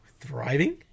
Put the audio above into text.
thriving